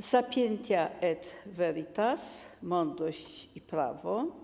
Sapientia et Veritas˝, mądrość i prawda.